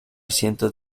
cientos